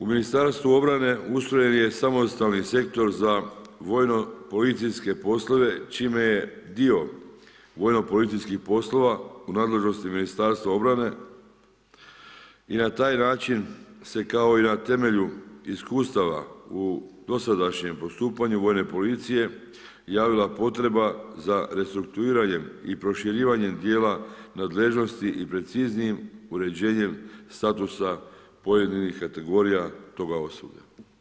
U Ministarstvu obrane ustrojen je samostalni sektor za vojno-policijske poslove čime je dio vojno-policijskih poslova u nadležnosti Ministarstva obrane i na taj način se kao i na temelju iskustava u dosadašnjem postupanju Vojne policije javila potreba za restrukturiranjem i proširivanjem dijela nadležnosti i preciznijim uređenjem statusa pojedinih kategorija toga osoblja.